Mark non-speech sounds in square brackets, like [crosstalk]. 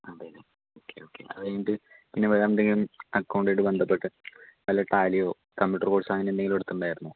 [unintelligible] ല്ലേ ഒക്കെ ഒക്കെ അതുകഴിഞ്ഞിട്ട് പിന്നെ വേറെന്തെങ്കിലും അക്കൗണ്ടഡ് ബന്ധപ്പെട്ട വല്ല ടാല്ലിയോ കമ്പ്യൂട്ടർ കോഴ്സോ അങ്ങനെയെന്തെങ്കിലും എടുത്തിട്ടുണ്ടായിരുന്നോ